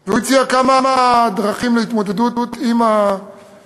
והוא הציע כמה דרכים להתמודדות עם האחוזים